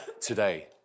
today